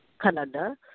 Canada